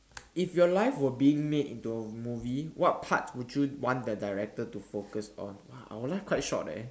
if your life were being made into a movie what part would you want the director to focus on !wow! our life quite short leh